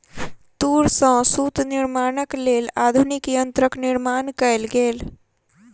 तूर सॅ सूत निर्माणक लेल आधुनिक यंत्रक निर्माण कयल गेल